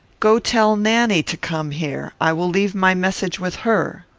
go tell nanny to come here i will leave my message with her.